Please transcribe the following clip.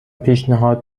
پیشنهاد